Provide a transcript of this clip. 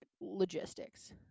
logistics